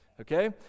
okay